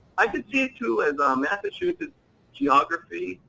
i could see it too, as massachusetts geography,